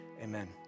amen